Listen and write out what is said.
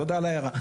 תודה על ההערה.